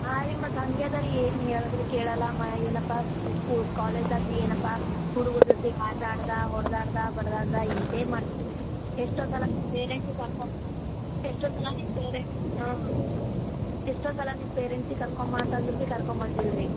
ಹಾಂ ರೀ ಮತ್ತು ಹಾಗೆ ಅದು ರೀ ಏನು ಹೇಳಿದರು ಕೇಳಲ್ಲ ಮನೆಗೇನಪ್ಪ ಕಾಲೇಜ್ ದಾಗು ಏನಪ್ಪ ಹುಡಗ್ರ ಜೊತೆ ಆಟಾಡ್ದ ಹೊಡ್ದಾಡ್ದ ಬಡ್ದಾಡ್ದ ಇದೆ ಮಾಡ್ತಾನೆ ರೀ ಎಷ್ಟೋ ಸಲ ನಿನ್ನ ಪೇರೆಂಟ್ಸಿಗೆ ಕರ್ಕೊ ಎಷ್ಟೋ ಸಲ ನಿನ್ನ ಪೇರೆಂಟ್ಸಿನ ಹ್ಞೂ ಎಷ್ಟೋ ಸಲ ನಿನ್ನ ಪೇರೆಂಟ್ಸಿ ಕರ್ಕೊ ಬಾ ಅಂತಂದರು ಬಿ ಕರ್ಕೊಬಂದಿಲ್ಲ ರೀ